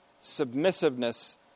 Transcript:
submissiveness